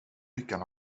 lyckan